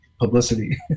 publicity